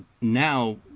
now